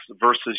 versus